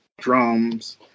Drums